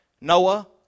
Noah